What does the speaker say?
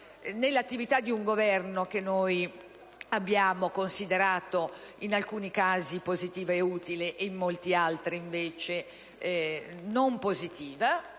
all'attività di un Governo che noi abbiamo considerato in alcuni casi positiva e utile e in molti altri, invece, non positiva